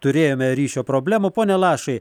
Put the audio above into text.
turėjome ryšio problemų pone lašai